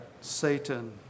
Satan